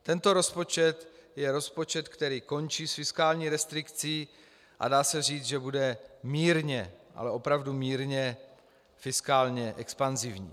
Tento rozpočet je rozpočet, který končí s fiskální restrikcí, a dá se říct, že bude mírně, ale opravdu mírně fiskálně expanzivní.